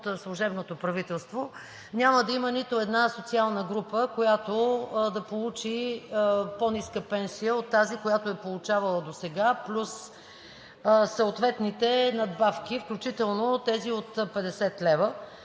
съответните надбавки, включително тези от 50 лв.